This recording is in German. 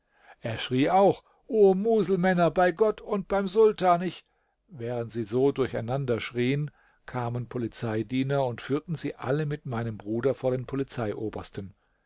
er schrie auch o muselmänner bei gott und beim sultan ich während sie so durcheinander schrieen kamen polizeidiener und führten sie alle mit meinem bruder vor den